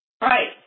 Right